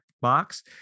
box